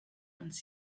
uns